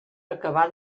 acabar